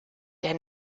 der